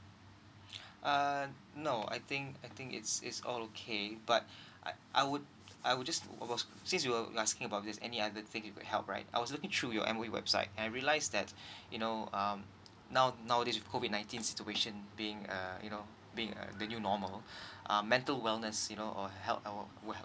uh no I think I think it's it's all okay but I would I would just was was was since you were asking about this any other thing you could help right I was looking through your M_O_E website and I realise that you know um now nowadays with COVID nineteen situation being uh you know being the new normal uh mental wellness you know or health would help